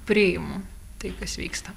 priimu tai kas vyksta